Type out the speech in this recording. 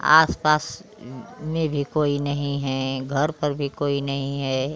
आस पास में भी कोई नहीं है घर पर भी कोई नही है